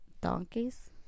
Donkeys